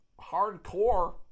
hardcore